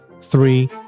three